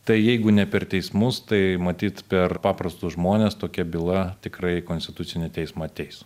tai jeigu ne per teismus tai matyt per paprastus žmones tokia byla tikrai konstitucinį teismą ateis